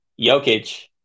Jokic